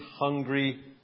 hungry